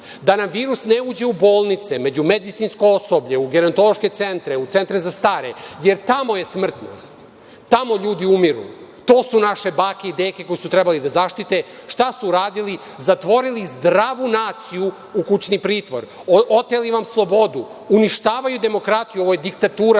da nam virus ne uđe u bolnice, među medicinsko osoblje, u gerontološke centre, u centre za stare, jer tamo je smrtnost, tamo ljudi umiru, to su naše bake i deke koje su trebali da zaštite. Šta su uradili? Zatvorili zdravu naciju u kućni pritvor, oteli vam slobodu, uništavaju demokratiju. Ovo je diktatura što